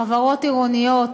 חברות עירוניות,